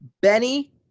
Benny